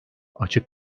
açık